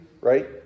right